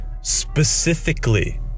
specifically